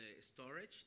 storage